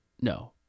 No